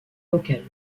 locales